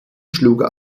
schlug